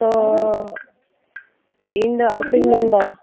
ᱛᱚ ᱤᱧ ᱫᱚ ᱟᱨᱚᱛᱤᱧ ᱢᱮᱱ ᱮᱫᱟ